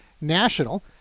national